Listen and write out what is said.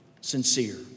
sincere